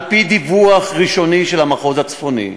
על-פי דיווח ראשוני של המחוז הצפוני,